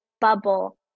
bubble